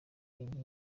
inkingi